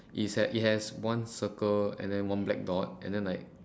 it's at it has one circle and then one black dot and then like